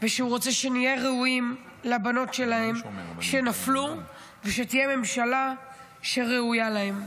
ושהוא רוצה שנהיה ראויים לבנות שלהם שנפלו ושתהיה ממשלה שראויה להם.